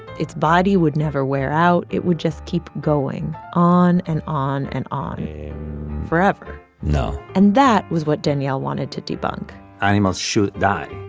its body would never wear out. it would just keep going on and on and on forever no and that was what daniel wanted to debunk animals should die